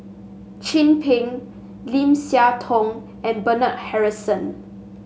Chin Peng Lim Siah Tong and Bernard Harrison